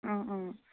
অঁ অঁ